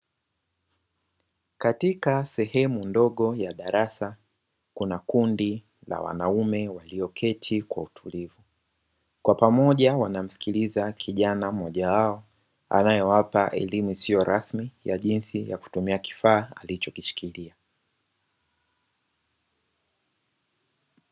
Katika sehemu ndogo ya darasa kuna kundi la wanaume walioketi kwa utulivu, kwa pamoja wanamsikiliza kijana mmoja wao anayewapa elimu isiyo rasmi ya jinsi ya kutumia kifaa alichokishikilia.